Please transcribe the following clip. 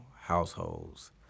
households